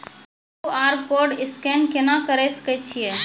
QR code scan केना करै सकय छियै?